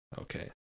Okay